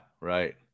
Right